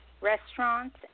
restaurants